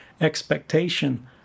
expectation